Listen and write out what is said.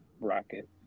Rocket